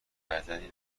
بدنی